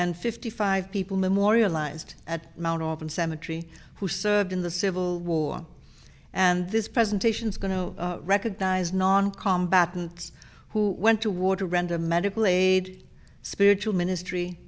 and fifty five people memorialized at mt often cemetery who served in the civil war and this presentation's going to recognize non combat and who went to war to render medical aid spiritual ministry